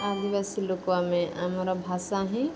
ଆଦିବାସୀ ଲୋକ ଆମେ ଆମର ଭାଷା ହିଁ